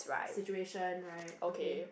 situation right okay